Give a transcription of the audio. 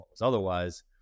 otherwise